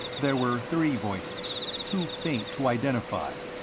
there were three voices, too faint to identify.